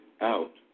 out